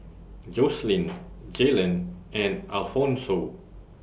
Jocelyn Jalen and Alphonso